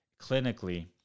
clinically